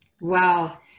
Wow